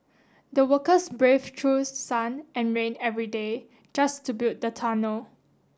the workers braved through sun and rain every day just to build the tunnel